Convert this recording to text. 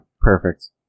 perfect